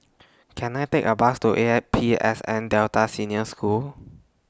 Can I Take A Bus to A I P S N Delta Senior School